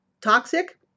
toxic